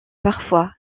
parfois